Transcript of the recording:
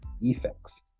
effects